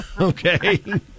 Okay